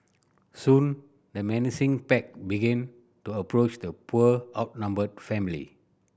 soon the menacing pack begin to approach the poor outnumbered family